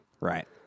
Right